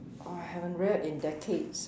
I haven't read in decades